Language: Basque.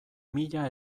mila